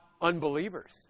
unbelievers